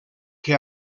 que